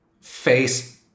face